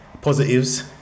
positives